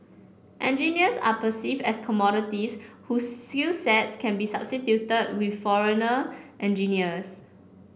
engineers are perceived as commodities whose skills sets can be substituted with foreigner engineers